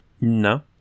No